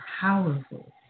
powerful